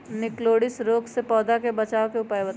निककरोलीसिस रोग से पौधा के बचाव के उपाय बताऊ?